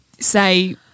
Say